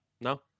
No